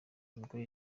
nibwo